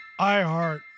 iHeart